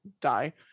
Die